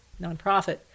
nonprofit